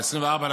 ב-24 ביוני,